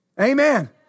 Amen